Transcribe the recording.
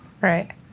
right